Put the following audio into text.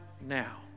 now